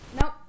Nope